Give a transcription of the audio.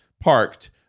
parked